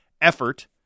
effort